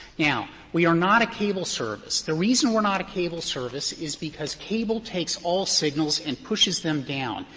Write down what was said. now, we are not a cable service. the reason we're not a cable service is because cable takes all signals and pushes them down.